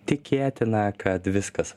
tikėtina kad viskas